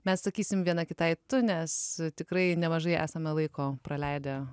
mes sakysim viena kitai tu nes tikrai nemažai esame laiko praleidę